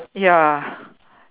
ya